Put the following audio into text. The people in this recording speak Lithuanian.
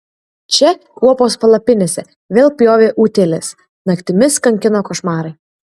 čia kuopos palapinėse vėl pjovė utėlės naktimis kankino košmarai